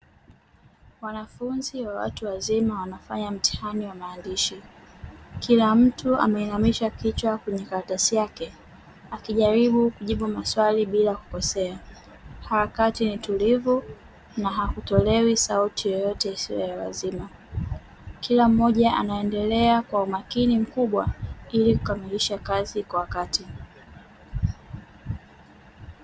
Wanafunzi wa watu wazima wanafanya mtihani wa maandishi. Kila mtu ameinamisha kichwa kwenye karatasi yake, akijaribu kujibu maswali bila kukosea. Wakati ni tulivu na hakutolewi sauti yoyote isiyo ya lazima. Kila moja anaendelea kwa umakini mkubwa ili kukamilisha kazi kwa wakati.